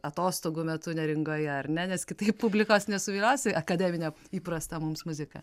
atostogų metu neringoje ar ne nes kitaip publikos nesuviliosi akademine įprasta mums muzika